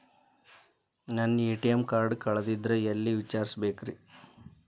ನನ್ನ ATM card ಕಳದದ್ರಿ ಎಲ್ಲಿ ವಿಚಾರಿಸ್ಬೇಕ್ರಿ?